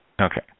Okay